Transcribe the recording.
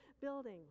building